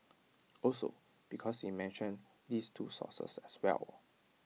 also because he mentioned these two sources as well